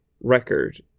record